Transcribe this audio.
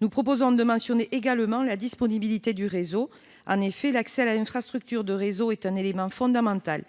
Nous proposons de mentionner également la disponibilité du réseau. En effet, l'accès à l'infrastructure de réseau est un élément fondamental